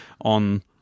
on